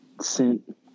sent